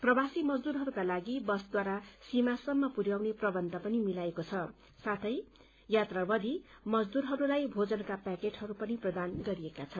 प्रवासी मजदूरहरूका लागि बसद्वारा सीमासम्म पुरयाउने प्रबन्ध पनि मिलाएको छ साथै यात्रावधि मजदूरहरूलाई भोजनका प्याकेटहरू पनि प्रदान गरिएको छ